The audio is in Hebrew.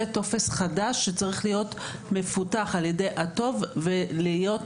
זה טופס חדש שצריך להיות מפותח על ידי הטו"ב ולהיות